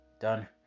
done